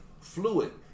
fluid